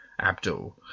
Abdul